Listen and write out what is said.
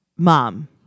mom